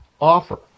offer